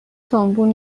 تومبون